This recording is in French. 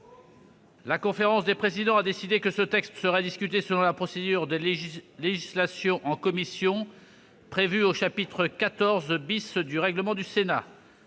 La conférence des présidents a décidé que ce texte serait discuté selon la procédure de législation en commission prévue au chapitre XIV du règlement du Sénat.